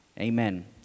Amen